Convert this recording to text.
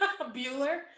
Bueller